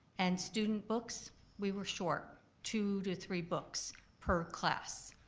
and student books we were short two to three books per class.